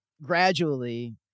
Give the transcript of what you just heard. Gradually